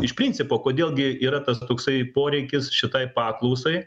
iš principo kodėl gi yra tas toksai poreikis šitai paklausai